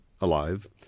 alive